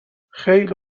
خیلی